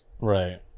Right